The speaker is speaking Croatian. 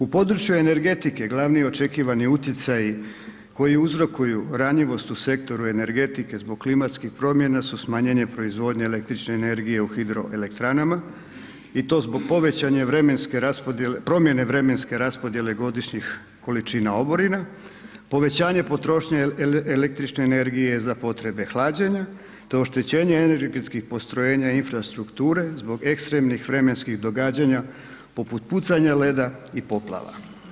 U području energetike glavni očekivani utjecaj koji uzrokuju ranjivost u sektoru energetike zbog klimatskih promjena su smanjenje proizvodnje električne energije u hidroelektranama, i to zbog povećane vremenske raspodjele, promjene vremenske raspodjele godišnjih količina oborina, povećanje potrošnje električne energije za potrebe hlađenja, te oštećenje energetskih postrojenja i infrastrukture zbog ekstremnih vremenskih događanja, poput pucanja leda i poplava.